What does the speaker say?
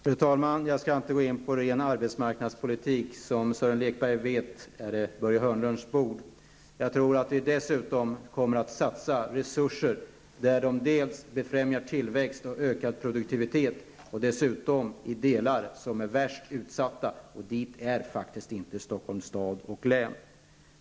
Fru talman! Jag skall inte gå in på ren arbetsmarknadspolitik -- som Sören Lekberg vet är det Börje Hörnlunds bord. Jag tror att vi dessutom kommer att satsa resurser där de befrämjar tillväxt och ökad produktivitet i de delar som är värst utsatta, och dit hör inte Stockholms stad och län.